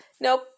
Nope